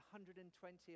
120